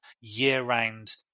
year-round